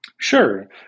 Sure